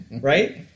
right